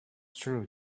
true